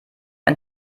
ein